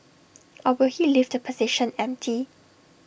or will he leave the position empty